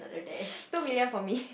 two million for me